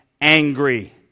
angry